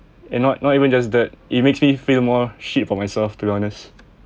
and not not even just that it makes me feel more shit for myself to be honest